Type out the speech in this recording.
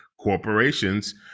corporations